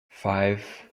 five